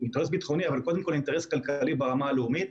הוא אינטרס ביטחוני אבל קודם כל אינטרס כלכלי ברמה הלאומית.